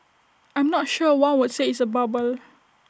I'm not sure one would say it's A bubble